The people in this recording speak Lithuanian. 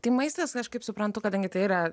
tai maistas aš kaip suprantu kadangi tai yra